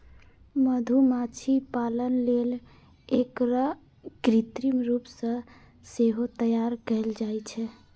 मधुमाछी पालन लेल एकरा कृत्रिम रूप सं सेहो तैयार कैल जाइ छै